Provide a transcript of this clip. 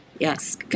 Yes